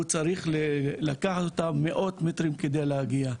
הוא צריך לקחת אותה מאות מטרים על מנת להגיע.